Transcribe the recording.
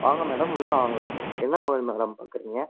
வாங்க மேடம் உள்ளே வாங்க என்ன மொபைல் மேடம் பார்க்குறீங்க